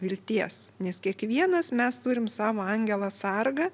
vilties nes kiekvienas mes turim savo angelą sargą